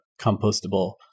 compostable